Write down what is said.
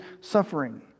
suffering